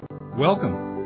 Welcome